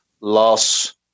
loss